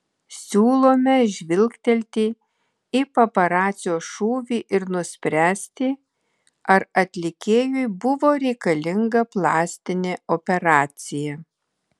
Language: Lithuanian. siūlome žvilgtelti į paparacio šūvį ir nuspręsti ar atlikėjui buvo reikalinga plastinė operacija